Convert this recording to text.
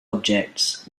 objects